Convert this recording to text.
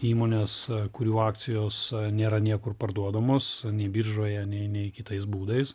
įmones kurių akcijos nėra niekur parduodamos nei biržoje nei kitais būdais